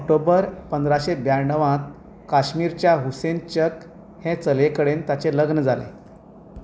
ऑक्टोबर पंदराशे ब्याण्णवांत काश्मीरच्या हुसैन चक हे चलये कडेन ताचें लग्न जालें